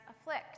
afflict